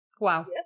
Wow